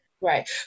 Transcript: Right